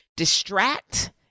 distract